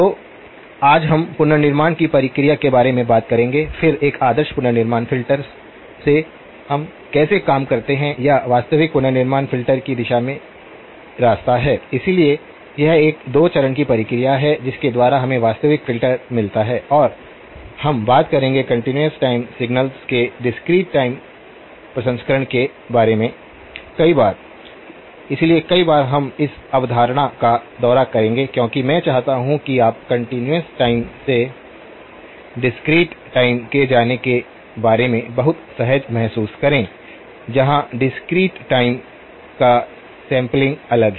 तो आज हम पुनर्निर्माण की प्रक्रिया के बारे में बात करेंगे फिर एक आदर्श पुनर्निर्माण फ़िल्टर से हम कैसे काम करते हैं या वास्तविक पुनर्निर्माण फ़िल्टर की दिशा में रास्ता है इसलिए यह एक 2 चरण की प्रक्रिया है जिसके द्वारा हमें वास्तविक फ़िल्टर मिलता है और हम बात करेंगे कंटीन्यूअस टाइम सिग्नल्स के डिस्क्रीट टाइम प्रसंस्करण के बारे में कई बार इसलिए कई बार हम इस अवधारणा का दौरा करेंगे क्योंकि मैं चाहता हूं कि आप कंटीन्यूअस टाइम से डिस्क्रीट टाइम में जाने के बारे में बहुत सहज महसूस करें जहां डिस्क्रीट टाइम का सैंपलिंग अलग है